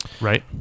Right